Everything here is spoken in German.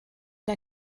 der